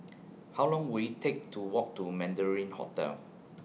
How Long Will IT Take to Walk to Mandarin Hotel